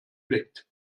blickt